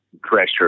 pressure